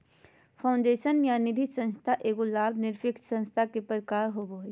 foundation या निधिसंस्था एगो लाभ निरपेक्ष संस्था के प्रकार होवो हय